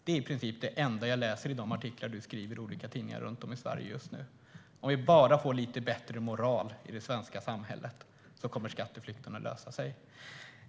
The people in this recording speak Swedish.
Det är i princip det enda jag läser i de artiklar som du skriver i olika tidningar runt om i Sverige just nu. Om vi bara får lite bättre moral i det svenska samhället kommer problemet med skatteflykten att lösas.